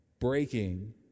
breaking